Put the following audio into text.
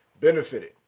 benefited